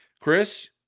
Chris